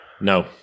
no